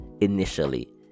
initially